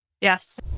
Yes